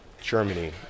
Germany